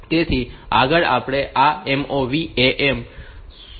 તેથી આગળ આપણે આ MOV AM સૂચના પર ધ્યાન આપીશું